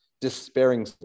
despairing